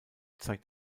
zeigt